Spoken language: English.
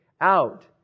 out